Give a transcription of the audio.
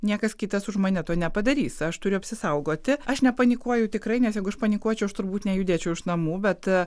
niekas kitas už mane to nepadarys aš turiu apsisaugoti aš nepanikuoju tikrai nes jeigu aš panikuočiau aš turbūt nejudėčiau iš namų bet